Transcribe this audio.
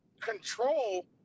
control